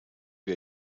wir